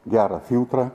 gerą filtrą